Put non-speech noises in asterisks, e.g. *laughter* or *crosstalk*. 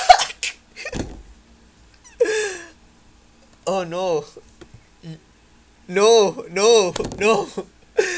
*laughs* oh no no no no